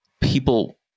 people